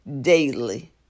daily